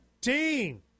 team